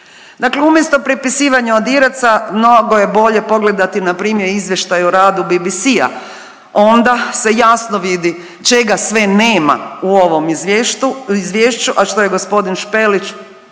umjesto prepisivanja od Iraca mnogo je bolje pogledati npr. izvještaj o radu BBC-a onda se jasno vidi čega sve nema u ovom izvješću, a što je gospodin Špelić